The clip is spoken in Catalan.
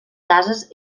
cases